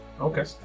Okay